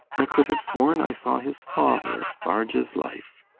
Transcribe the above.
i could have sworn i saw his father, large as life.